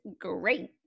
great